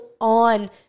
on